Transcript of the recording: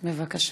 בבקשה.